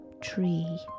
tree